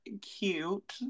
cute